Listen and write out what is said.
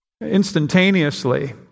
instantaneously